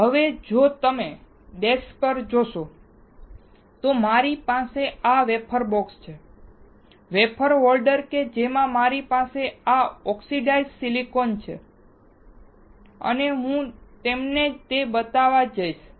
હવે જો તમે ડેસ્ક પર જોશો તો મારી પાસે આ વેફર બોક્સ છે વેફર હોલ્ડર કે જેમાં મારી પાસે આ ઓક્સિડાઇઝ્ડ સિલિકોન છે અને હું તમને તે બતાવવા જઈશ